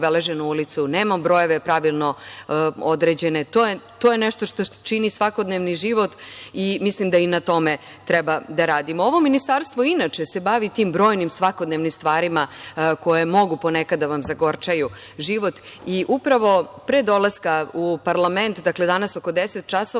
obeleženu ulicu, nemamo brojeve pravilno određene. To je nešto što čini svakodnevni život i mislim da i na tome treba da radimo. Ovo ministarstvo inače se bavi tim brojnim svakodnevnim stvarima koje mogu ponekad da vam zagorčaju život i upravo pre dolaska u parlament, dakle, danas oko 10.00 časova